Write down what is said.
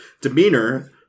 demeanor